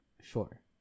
Sure